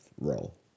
role